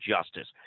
Justice